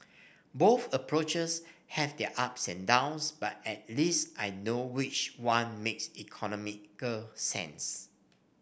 both approaches have their ups and downs but at least I know which one makes economical sense